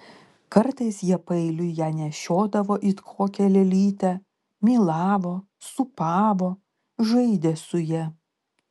kartais jie paeiliui ją nešiodavo it kokią lėlytę mylavo sūpavo žaidė su ja